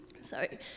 Sorry